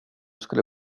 skulle